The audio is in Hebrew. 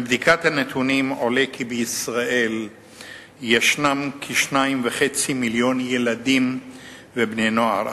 מבדיקת הנתונים עולה כי בישראל יש כ-2.5 מיליון ילדים ובני-נוער,